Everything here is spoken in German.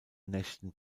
nächten